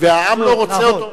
והעם לא רוצה אותו,